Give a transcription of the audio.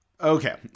Okay